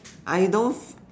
I don't